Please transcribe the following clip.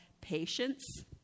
patience